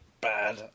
bad